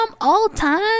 all-time